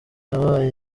wabaye